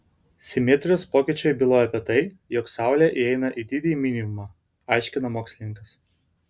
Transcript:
simetrijos pokyčiai byloja apie tai jog saulė įeina į didįjį minimumą aiškina mokslininkas